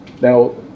Now